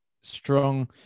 strong